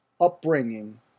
upbringing